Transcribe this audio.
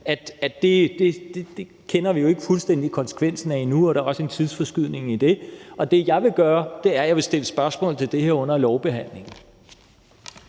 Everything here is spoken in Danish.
Det kender vi jo ikke fuldstændig konsekvensen af endnu, og der er også en tidsforskydning i det, og det, jeg vil gøre, er, at jeg vil stille spørgsmål til det her under lovbehandlingen.